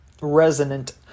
...resonant